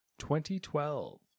2012